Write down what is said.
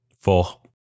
four